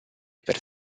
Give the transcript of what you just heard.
per